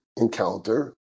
encounter